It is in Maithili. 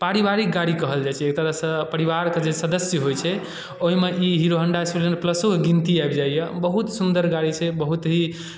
पारिवारिक गाड़ी कहल जाइ छै एक तरहसँ परिवारके जे सदस्य होइ छै ओहिमे ई हीरो होंडा स्प्लेंडर प्लसोके गिनती आबि जाइए ओ बहुत सुन्दर गाड़ी छै बहुत ही